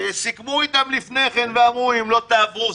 סיכמו איתם לפני כן ואמרו: אם לא תעברו,